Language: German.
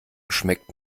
schmeckt